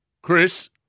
Chris